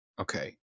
okay